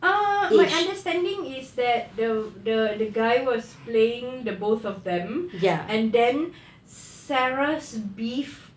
ah my understanding is that the the guy was playing the both of them and then sarah beef